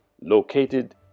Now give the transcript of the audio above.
located